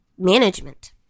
management